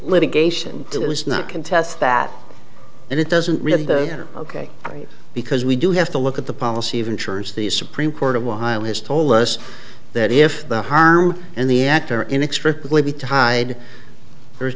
litigation it was not contest that and it doesn't really they're ok because we do have to look at the policy of insurance the supreme court a while has told us that if the harm and the actor inextricably be to hide there is